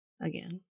Again